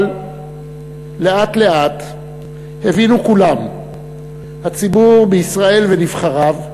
אבל לאט לאט הבינו כולם, הציבור בישראל ונבחריו,